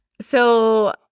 So-